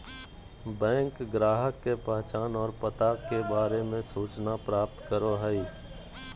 bank ग्राहक के पहचान और पता के बारे में सूचना प्राप्त करो हइ